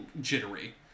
jittery